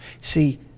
See